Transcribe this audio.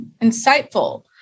insightful